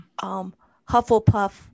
Hufflepuff